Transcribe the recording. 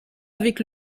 avec